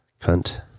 Cunt